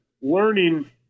learning